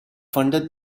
funded